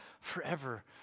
forever